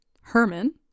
Herman